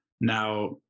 Now